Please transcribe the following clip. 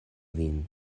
vin